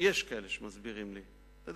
יש כאלה שמסבירים לי, לדעתי,